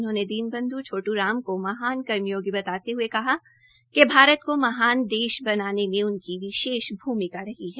उन्होंने दीनबंध् छोट्राम को महान कर्मयोगी बताते हए कहा कि भारत को महान देश बनाने में उनकी विशेष भूमिका रही है